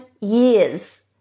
years